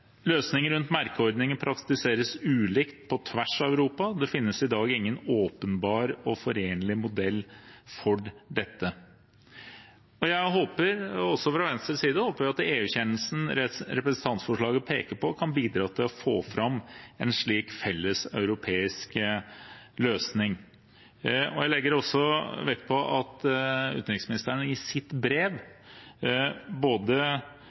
Løsninger rundt merkeordninger praktiseres ulikt på tvers av Europa. Det finnes i dag ingen åpenbar og forenlig modell for dette. Jeg håper fra Venstres side at EU-kjennelsen representantforslaget peker på, kan bidra til å få fram en slik felles europeisk løsning. Jeg legger også vekt på at utenriksministeren i sitt brev både